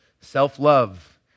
self-love